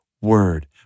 word